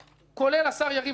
כולל השר יריב בלוין,